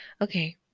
okay